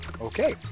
Okay